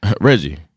Reggie